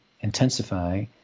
intensify